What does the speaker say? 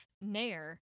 nair